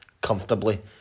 comfortably